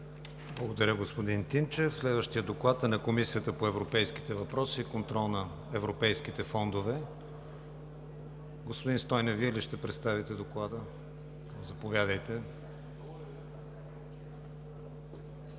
Благодаря, господин Тинчев. Следващият доклад е на Комисията по европейските въпроси и контрол на европейските фондове. Господин Стойнев, Вие ли ще представите Доклада? Заповядайте.